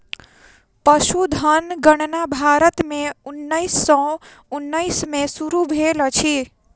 पशुधन गणना भारत में उन्नैस सौ उन्नैस में शुरू भेल अछि